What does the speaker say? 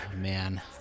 Man